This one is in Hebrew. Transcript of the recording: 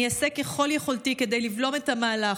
אני אעשה ככל יכולתי כדי לבלום את המהלך,